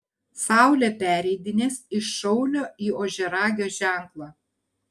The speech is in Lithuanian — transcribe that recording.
saulė pereidinės iš šaulio į ožiaragio ženklą